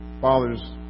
father's